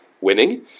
winning